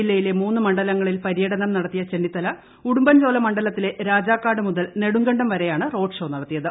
ജില്ലയിലെ മൂന്ന് മണ്ഡലങ്ങളിൽ പ്പിരുട്ടനം നടത്തിയ ചെന്നിത്തല ഉടുമ്പൻചോല മണ്ഡലത്തിലെ രാജാക്കാട് മുതൽ നെടുങ്കണ്ടെവരെയാണ് രോഡ് ഷോ നടത്തിയത്